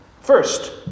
First